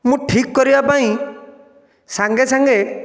ମୁଁ ଠିକ କରିବା ପାଇଁ ସାଙ୍ଗେ ସାଙ୍ଗେ